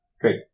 Great